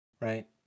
Right